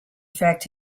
effect